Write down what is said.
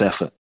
effort